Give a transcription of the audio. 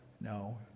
no